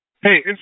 Hey